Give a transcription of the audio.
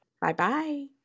Bye-bye